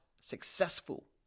successful